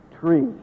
tree